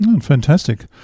Fantastic